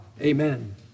Amen